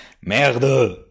Merde